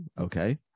Okay